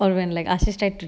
or when ashey tries to